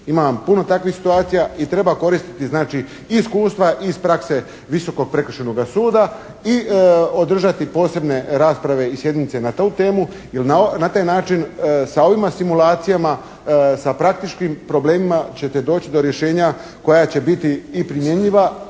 Ima puno takvih situacija i treba koristiti znači i iskustva iz prakse Visokog prekršajnog suda i održati posebne rasprave i sjednice na tu temu jer na taj način sa ovima simulacijama sa praktičkim problemima ćete doći do rješenja koja će biti i primjenjiva